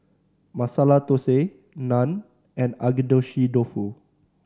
Masala Dosa Naan and Agedashi Dofu